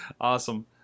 Awesome